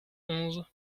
onze